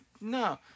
No